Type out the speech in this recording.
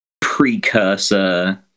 precursor